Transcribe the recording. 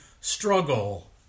struggle